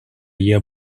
year